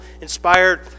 inspired